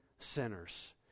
sinners